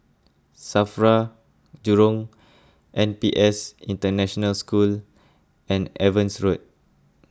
Safra Jurong N P S International School and Evans Road